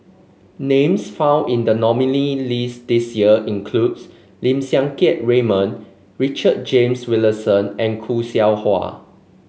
names found in the nominee' list this year includes Lim Siang Keat Raymond Richard James Wilkinson and Khoo Seow Hwa